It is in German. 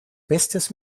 bestes